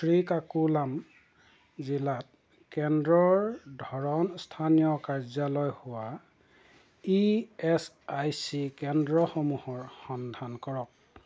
শ্ৰী কাকুলাম জিলাত কেন্দ্ৰৰ ধৰণ স্থানীয় কাৰ্যালয় হোৱা ই এছ আই চি কেন্দ্ৰসমূহৰ সন্ধান কৰক